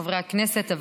חברי הכנסת,